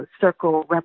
circle